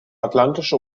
atlantische